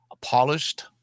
polished